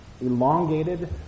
elongated